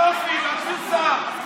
יופי, מצאו שר.